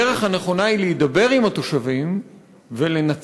הדרך הנכונה היא להידבר עם התושבים ולנצל